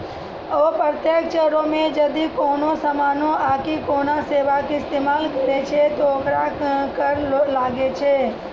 अप्रत्यक्ष करो मे जदि कोनो समानो आकि कोनो सेबा के इस्तेमाल करै छै त ओकरो कर लागै छै